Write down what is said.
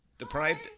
Deprived